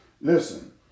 Listen